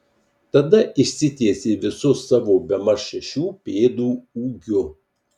tada išsitiesė visu savo bemaž šešių pėdų ūgiu